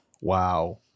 Wow